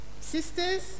sisters